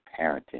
parenting